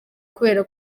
kubera